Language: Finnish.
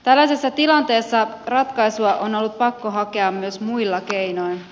tällaisessa tilanteessa ratkaisua on ollut pakko hakea myös muilla keinoin